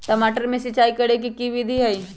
टमाटर में सिचाई करे के की विधि हई?